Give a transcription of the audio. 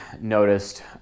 noticed